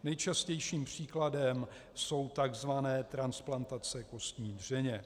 Nejčastějším příkladem jsou tzv. transplantace kostní dřeně.